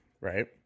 right